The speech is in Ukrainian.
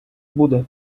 буде